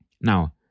Now